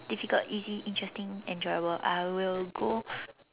difficult easy interesting enjoyable I will go